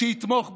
שיתמוך בכם.